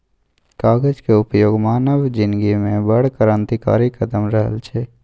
कागजक उपयोग मानव जिनगीमे बड़ क्रान्तिकारी कदम रहल छै